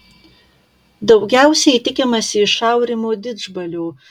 daugiausiai tikimasi iš aurimo didžbalio